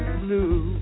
blue